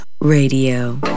Radio